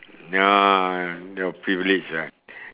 now you all privilege ah